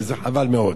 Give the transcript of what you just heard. וזה חבל מאוד.